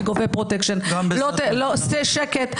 מי גובה פרוטקשן --- גם בעזרתכם --- שקט.